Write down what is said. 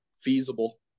feasible